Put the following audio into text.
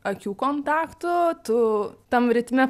akių kontaktų tu tam ritme